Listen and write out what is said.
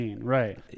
right